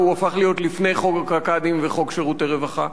והוא הפך להיות לפני חוק הקאדים וחוק שירותי רווחה?